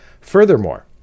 Furthermore